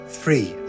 three